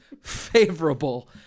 favorable